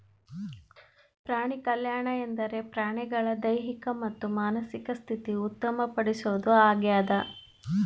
ಪ್ರಾಣಿಕಲ್ಯಾಣ ಎಂದರೆ ಪ್ರಾಣಿಗಳ ದೈಹಿಕ ಮತ್ತು ಮಾನಸಿಕ ಸ್ಥಿತಿ ಉತ್ತಮ ಪಡಿಸೋದು ಆಗ್ಯದ